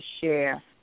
share